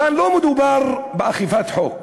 כאן לא מדובר באכיפת חוק